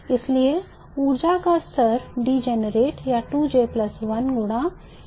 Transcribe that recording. इसलिए ऊर्जा का स्तर degenerate या 2J 1 गुना degenerate होता है